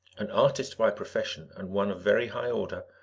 an artist by profession, and one of very high order,